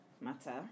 matter